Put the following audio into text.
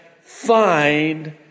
find